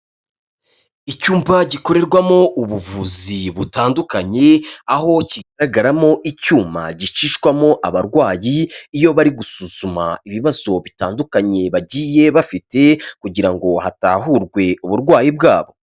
Icyumba gikorerwamo ubuvuzi butandukanye, aho kigaragaramo icyuma gicishwamo abarwayi iyo bari gusuzuma ibibazo bitandukanye bagiye bafite kugira ngo hatahurwe uburwayi bwabo.